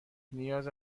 نیاز